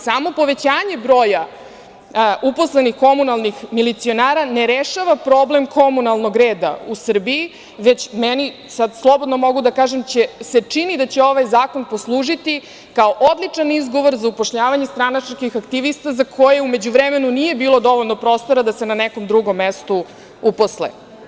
Samo povećanje broja uposlenih komunalnih milicionara ne rešava problem komunalnog reda u Srbiji, već meni se čini da će ovaj zakon poslužiti kao odličan izgovor za upošljavanje stranačkih aktivista za koje u međuvremenu nije bilo dovoljno prostora da se na nekom drugom mestu uposle.